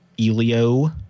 Elio